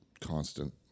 constant